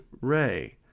Ray